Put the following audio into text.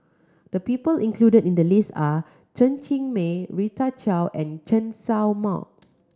the people included in the list are Chen Cheng Mei Rita Chao and Chen Sao Mao